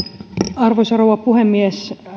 arvoisa rouva puhemies